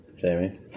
Jamie